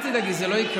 אל תדאגי, זה לא יקרה.